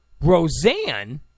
Roseanne